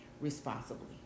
responsibly